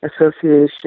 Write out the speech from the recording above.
Association